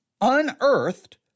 unearthed